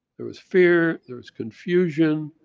there was fear, there was confusion,